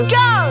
go